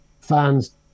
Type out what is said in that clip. fans